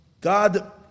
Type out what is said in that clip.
God